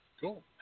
Cool